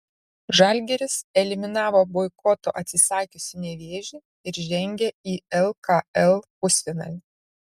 žalgiris eliminavo boikoto atsisakiusį nevėžį ir žengė į lkl pusfinalį